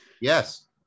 yes